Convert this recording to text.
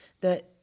that-